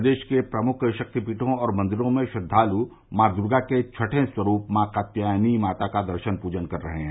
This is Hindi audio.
प्रदेश के प्रमुख शक्तिपीठों और मंदिरों में श्रद्वाल माँ दर्गा के छठें स्क कात्यायनी माता का दर्शन पूजन कर रहे हैं